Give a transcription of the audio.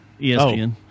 ESPN